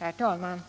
Herr talman!